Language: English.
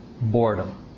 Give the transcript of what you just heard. boredom